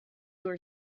were